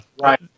right